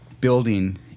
building